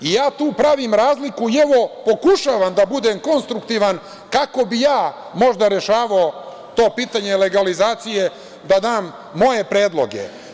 I ja tu pravim razliku i pokušavam da budem konstruktivan, kako bih ja možda rešavao to pitanje legalizacije, da dam moje predloge.